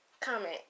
Comment